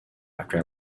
after